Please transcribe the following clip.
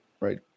Right